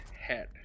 head